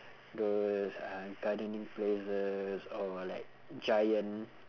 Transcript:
those uh gardening places or like giant